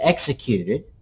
executed